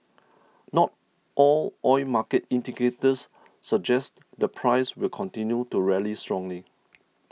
not all oil market indicators suggest the price will continue to rally strongly